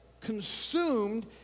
consumed